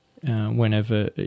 whenever